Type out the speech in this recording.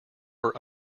were